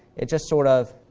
it just sort of